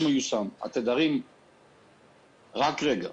רק רגע,